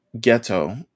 Ghetto